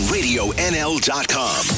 RadioNL.com